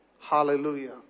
Hallelujah